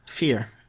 Fear